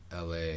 LA